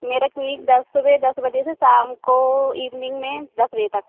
मेरा क्लीनिक दस सुबह दस बजे से शाम को इवनिंग में दस बजे तक